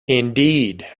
indeed